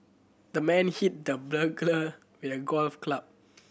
the man hit the burglar with a golf club